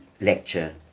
lecture